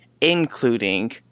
Including